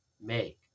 make